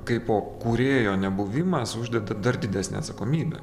kaipo kūrėjo nebuvimas uždeda dar didesnę atsakomybę